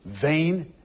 vain